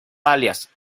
alias